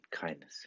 kindness